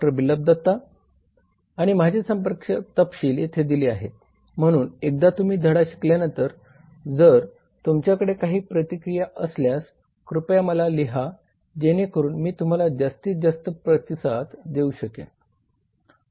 बिप्लब दत्ता आहे आणि माझे संपर्क येथे दिले आहेत म्हणून एकदा तुम्ही धडा शिकल्यानंतर जर तुमच्याकडे काही प्रतिक्रिया असल्यास कृपया मला लिहा जेणेकरून मी तुम्हाला जास्तीत जास्त प्रतिसाद देऊ शकेन